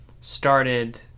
started